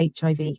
HIV